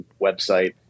website